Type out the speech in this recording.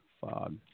Fog